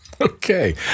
Okay